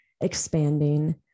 expanding